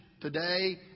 today